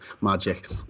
Magic